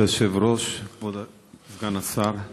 כבוד היושב-ראש, כבוד סגן השר,